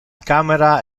camera